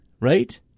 right